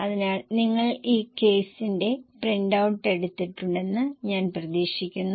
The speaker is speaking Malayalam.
അതിനാൽ നിങ്ങൾ ഈ കേസിന്റെ പ്രിന്റ് ഔട്ട് എടുത്തിട്ടുണ്ടെന്ന് ഞാൻ പ്രതീക്ഷിക്കുന്നു